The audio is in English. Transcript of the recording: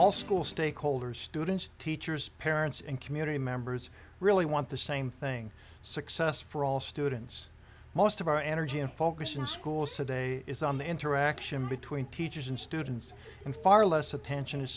all school stakeholders students teachers parents and community members really want the same thing success for all students most of our energy and focus in schools today is on the interaction between teachers and students and far less attention